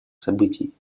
событий